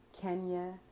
Kenya